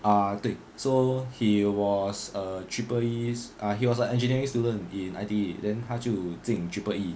ah 对 so he was a triple E ah he was an engineering student in I_T_E then 他就进 triple E